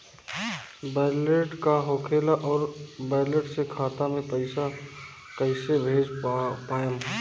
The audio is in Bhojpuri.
वैलेट का होखेला और वैलेट से खाता मे पईसा कइसे भेज पाएम?